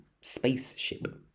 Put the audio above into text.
spaceship